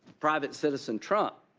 private citizen trump.